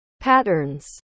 patterns